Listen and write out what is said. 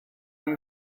yng